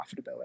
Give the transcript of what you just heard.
profitability